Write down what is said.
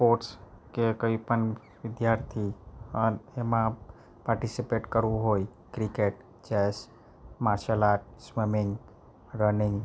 sports કે કંઈ પણ વિદ્યાર્થી અન એમાં પાર્ટિસિપેટ કરવું હોય cricket chess martial art swimming running